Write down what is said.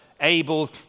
able